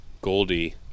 Goldie